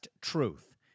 Truth